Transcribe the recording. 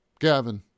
Gavin